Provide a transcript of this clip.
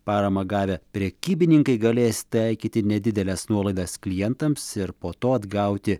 paramą gavę prekybininkai galės taikyti nedideles nuolaidas klientams ir po to atgauti